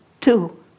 two